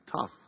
Tough